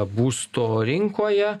būsto rinkoje